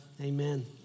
Amen